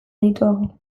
adituago